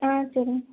ஆ சரிங்க